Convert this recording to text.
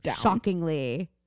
shockingly